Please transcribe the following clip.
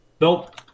Nope